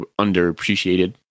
underappreciated